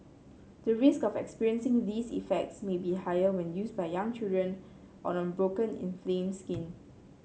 the risk of experiencing these effects may be higher when used by young children or on broken inflamed skin